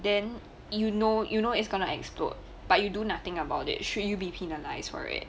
then you know you know its gonna explode but you do nothing about it should you be penalized for it